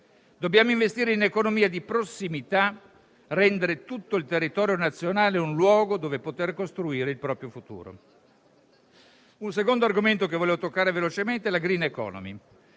Dobbiamo investire in economia di prossimità, rendere tutto il territorio nazionale un luogo dove poter costruire il proprio futuro. Un secondo argomento che vorrei toccare velocemente è la *green* *economy*.